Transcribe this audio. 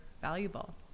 valuable